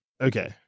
Okay